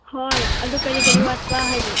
ꯍꯣꯏ ꯑꯗꯨ ꯀꯔꯤ ꯀꯔꯤ ꯋꯥꯠꯄ꯭ꯔꯥ ꯍꯥꯏꯅ